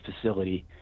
facility